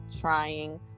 trying